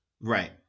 right